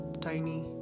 tiny